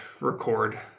record